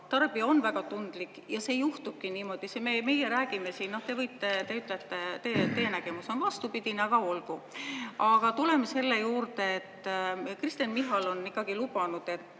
Tarbija on väga tundlik ja see juhtubki niimoodi. Meie räägime siin ja teie ütlete, et teie nägemus on vastupidine. No olgu. Aga tuleme selle juurde, et Kristen Michal on lubanud, et